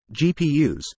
GPUs